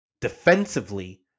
defensively